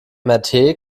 mrt